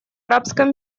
арабском